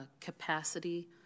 capacity